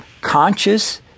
conscious